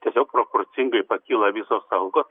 tiesiog proporcingai pakyla visos algos